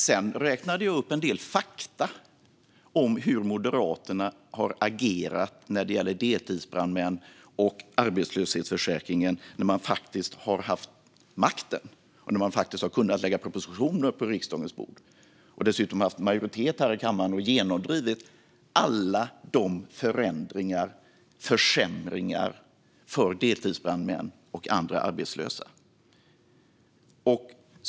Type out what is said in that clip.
Sedan räknade jag upp en del fakta om hur Moderaterna har agerat när det gäller deltidsbrandmän och arbetslöshetsförsäkringen när man faktiskt har haft makten och kunnat lägga propositioner på riksdagens bord och när man dessutom haft majoritet här i kammaren och genomdrivit alla dessa förändringar och försämringar för deltidsbrandmän och andra arbetslösa.